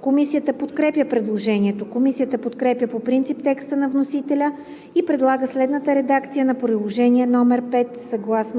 Комисията подкрепя предложението. Комисията подкрепя по принцип текста на вносителя и предлага следната редакция на Приложение № 5: според